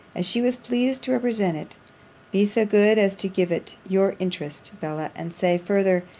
as she was pleased to represent it be so good as to give it your interest, bella, and say, further,